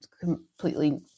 completely